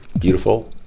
beautiful